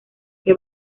que